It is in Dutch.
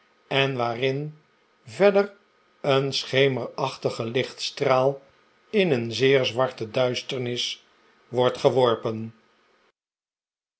en waarin verder een schemerachtige lichtstraal in een zeer zwarte duisternis wordt geworpen